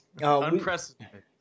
Unprecedented